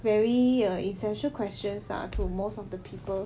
very err essential questions ah to most of the people